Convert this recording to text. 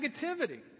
negativity